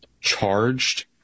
charged